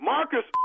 Marcus